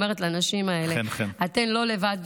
ואומרת לנשים האלה: אתן לא לבד,